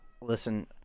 Listen